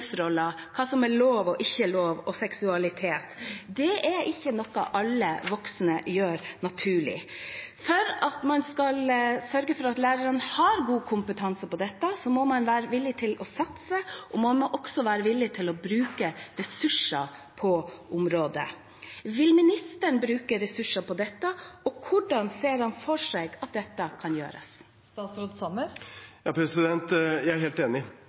hva som er lov og ikke lov, og seksualitet. Det er ikke noe alle voksne gjør naturlig. For at man skal sørge for at lærerne har god kompetanse på dette, må man være villig til å satse, og man må også være villig til å bruke ressurser på området. Vil ministeren bruke ressurser på dette, og hvordan ser han for seg at dette kan gjøres? Jeg er helt enig